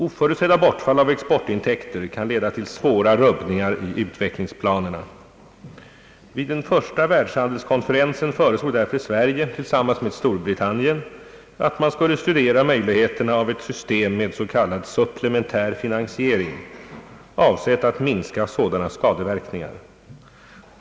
Oförutsedda bortfall av exportintäkter kan leda till svåra rubbningar i utvecklingsplanerna, Vid den = första världshandelskonferensen föreslog därför Sverige tillsammans med Storbritannien att man skulle studera möjligheterna av ett system med s.k. supplementär finansiering avsett att minska sådana skadeverkningar.